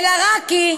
אל-עראקי,